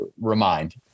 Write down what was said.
remind